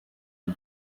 you